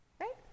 Right